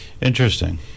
Interesting